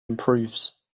improves